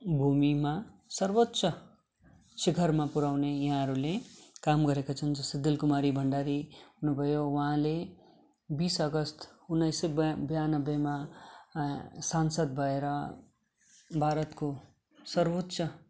भूमिमा सर्वोच्च शिखरमा पुर्याउने यहाँहरूले काम गरेका छन् जस्तै दिल कुमारी भन्डारी हुनु भयो उहाँले बिस अगस्त उन्नाइस सय बया बयानब्बेमा सांसद भएर भारतको सर्वोच्च